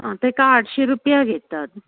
ताका आठशी रुपया घेतात